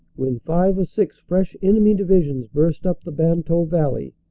when five or six fresh enemy divisions burst up the banteux valley,